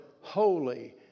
holy